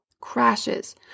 crashes